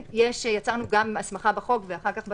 יצרנו הסמכה בחוק ואחר כך בתקנות,